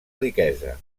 riquesa